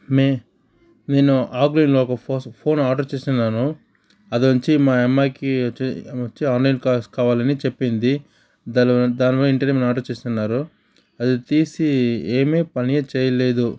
మే నేను ఆఫ్లైన్లో ఒక ఫో ఫోన్ ఆర్డర్ చేసున్నాను అదొచ్చి మా అమ్మాయికి వచ్చి వచ్చి ఆన్లైన్ క్లాస్కి కావాలని చెప్పింది దాని దానిలో ఇంటినుండి ఆర్డర్ చేసున్నారు అది తీసి ఏమి పని చేయలేదు